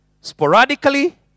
sporadically